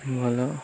ଭଲ